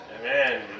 Amen